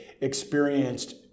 experienced